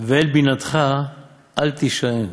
ואל בינתך אל תשען.